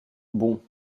bon